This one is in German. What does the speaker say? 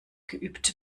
geübt